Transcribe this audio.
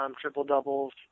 triple-doubles